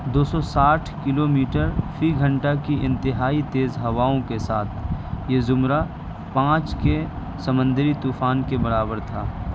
دو سو ساٹھ kilometre فی گھنٹہ کی انتہائی تیز ہواؤں کے ساتھ یہ زمرہ پانچ کے سمندری طوفان کے برابر تھا